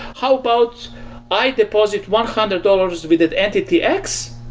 how about i deposit one hundred dollars with entity x,